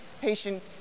Patient